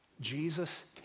Jesus